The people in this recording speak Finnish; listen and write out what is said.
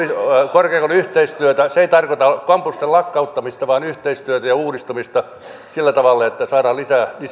korkeakoulujen yhteistyötä se ei tarkoita kampusten lakkauttamista vaan yhteistyötä ja uudistamista sillä tavalla että saadaan